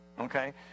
Okay